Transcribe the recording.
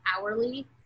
hourly